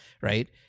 right